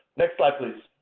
next slide, please.